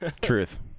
Truth